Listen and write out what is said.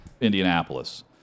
Indianapolis